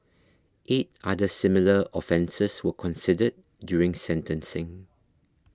eight other similar offences were considered during sentencing